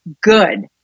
good